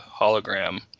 hologram